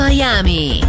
Miami